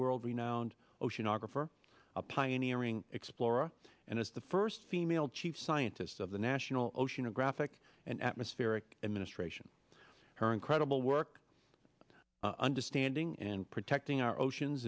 world renowned oceanographer a pioneering explorer and as the first female chief scientist of the national oceanographic and atmospheric administration her incredible work understanding and protecting our oceans